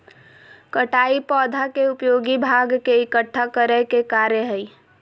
कटाई पौधा के उपयोगी भाग के इकट्ठा करय के कार्य हइ